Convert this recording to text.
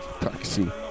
Taxi